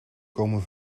komen